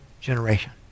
generation